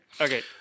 Okay